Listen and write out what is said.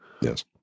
Yes